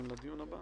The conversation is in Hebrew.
ננעלה